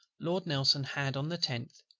lord nelson had, on the tenth,